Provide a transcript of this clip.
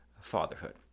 fatherhood